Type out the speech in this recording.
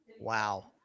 Wow